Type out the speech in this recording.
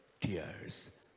tears